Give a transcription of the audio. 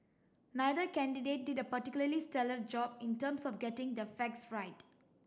neither candidate did a particularly stellar job in terms of getting their facts right